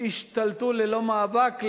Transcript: השתלטו ללא מאבק,